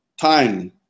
time